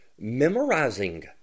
memorizing